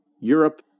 Europe